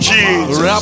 Jesus